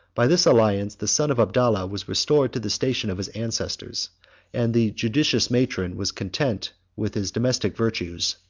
by this alliance, the son of abdallah was restored to the station of his ancestors and the judicious matron was content with his domestic virtues,